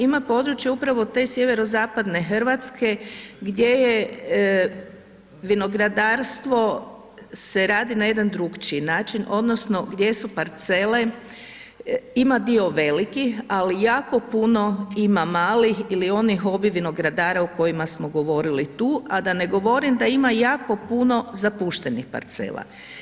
Ima područja upravo te Sjeverozapadne Hrvatske gdje je vinogradarstvo se radi na jedan drukčiji način, odnosno gdje su parcele, ima dio velikih ali jako puno ima malih ili onih hobi vinogradara o kojima smo govorili tu, a da ne govorim da ima jako puno zapuštenih parcela.